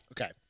Okay